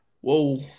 Whoa